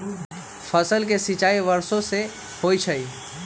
फसल के सिंचाई वर्षो से होई छई